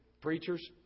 preachers